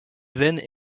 veines